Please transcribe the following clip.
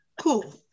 cool